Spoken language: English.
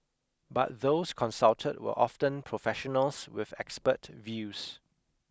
but those consulted were often professionals with expert views